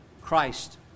Christ